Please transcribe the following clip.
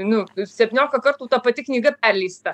nu septyniolika kartų ta pati knyga perleista